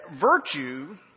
virtue